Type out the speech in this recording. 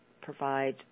provide